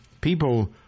people